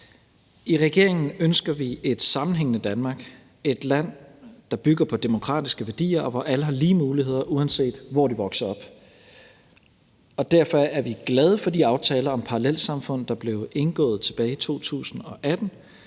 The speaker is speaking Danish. I regeringen ønsker vi et sammenhængende Danmark, et land, der bygger på demokratiske værdier, og hvor alle har lige muligheder, uanset hvor de vokser op. Derfor var vi glade for de aftaler om parallelsamfund, der blev indgået tilbage i 2018,